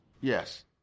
Yes